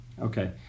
Okay